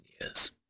years